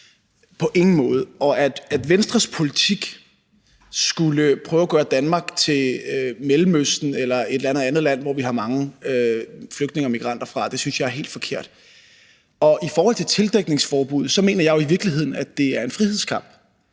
på ingen måde. Og at Venstres politik skulle prøve at gøre Danmark til Mellemøsten eller et andet land, som vi har mange flygtninge og migranter fra, synes jeg er helt forkert. Og i forhold til tildækningsforbuddet mener jeg, at det i virkeligheden er en frihedskamp.